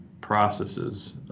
processes